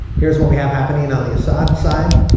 here's what we have happening and on the assad side.